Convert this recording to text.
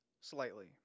Slightly